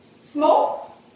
Small